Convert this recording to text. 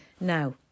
now